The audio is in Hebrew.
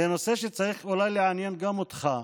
זה נושא שצריך אולי לעניין גם אותך,